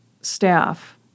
staff